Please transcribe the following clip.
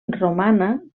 romana